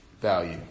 value